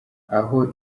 aho